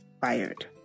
fired